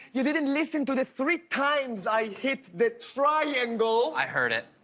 you didn't listen to the three times i hit the triangle. i heard it,